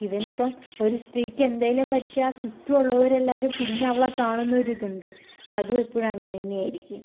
ഇതിനിയിപ്പോൾ ഒരു സ്ത്രീക്ക് എന്തെങ്കിലും പറ്റിയാൽ ചുറ്റും ഉള്ളവരെല്ലാരും പിന്നെ അവളെ കാണുന്ന ഒരിതുണ്ട് അതും എപ്പോഴും അങ്ങനെ തന്നെ ആയിരിക്കും